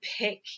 pick